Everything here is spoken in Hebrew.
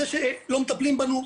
זה שלא מטפלים בנו,